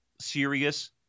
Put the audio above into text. serious